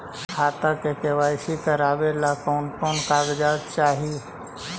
खाता के के.वाई.सी करावेला कौन कौन कागजात चाही?